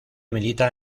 milita